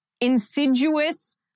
insidious